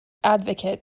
advocate